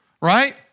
Right